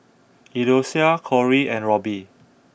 Eloisa Cory and Robby